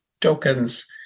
tokens